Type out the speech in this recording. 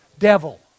Devil